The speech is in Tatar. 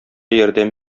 ярдәм